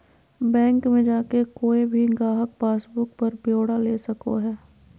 bank मे जाके कोय भी गाहक पासबुक पर ब्यौरा ले सको हय